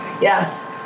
Yes